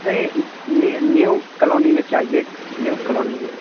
نہیں new colony میں چاہیے نیو کالونی میں